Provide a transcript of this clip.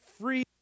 free